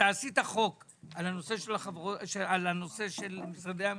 "אתה עשית חוק על הנושא של משרדי הממשלה.